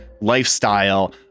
lifestyle